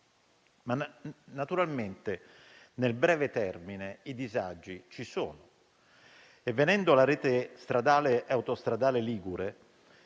Naturalmente, nel breve termine i disagi ci sono. Venendo alla rete stradale e autostradale ligure,